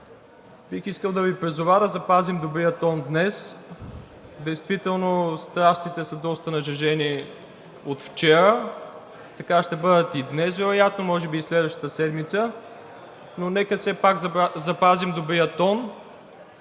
бих искал да Ви призова да запазим добрия тон днес. Действително страстите са доста нажежени от вчера, така ще бъдат и днес вероятно, може би и следващата седмица, но нека все пак запазим добрия тон,